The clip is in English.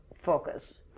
focus